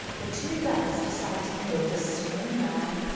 the two girls decide to build a snowman.